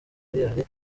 miliyari